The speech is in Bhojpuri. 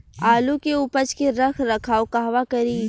आलू के उपज के रख रखाव कहवा करी?